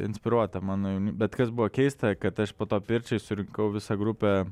inspiruota mano ne bet kas buvo keista kad aš po to pirčiai surinkau visą grupę